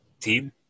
team